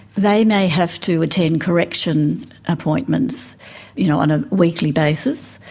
they may have to attend correction appointments you know on a weekly basis,